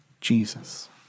Jesus